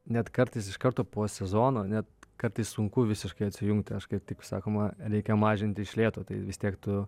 net kartais iš karto po sezono net kartais sunku visiškai atsijungti kaip tik sakoma reikia mažinti iš lėto tai vis tiek tu